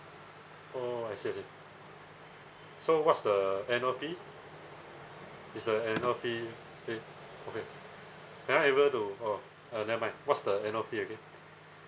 oh I see I see so what's the annual fee is the annual fee paid or waived am I able to oh uh never mind what's the annual fee again